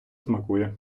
смакує